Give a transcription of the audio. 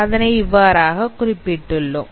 அதனை இவ்வாறாக குறிப்பிட்டுள்ளோம்